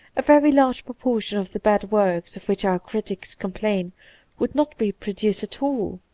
a very large pro portion of the bad works of which our critics com plain would not be produced at all.